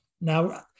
Now